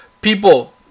people